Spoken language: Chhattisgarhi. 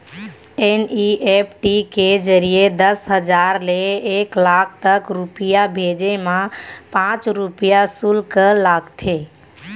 एन.ई.एफ.टी के जरिए दस हजार ले एक लाख तक रूपिया भेजे मा पॉंच रूपिया सुल्क लागथे